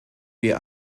wir